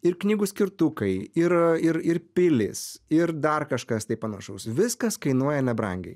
ir knygų skirtukai ir ir ir pilys ir dar kažkas tai panašaus viskas kainuoja nebrangiai